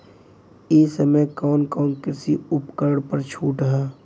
ए समय कवन कवन कृषि उपकरण पर छूट ह?